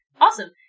Awesome